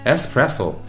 Espresso